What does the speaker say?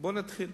בואו נתחיל.